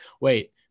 wait